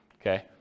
Okay